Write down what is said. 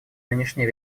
нынешний